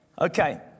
Okay